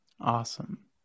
Awesome